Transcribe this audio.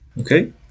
Okay